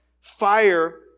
fire